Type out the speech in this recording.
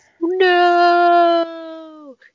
No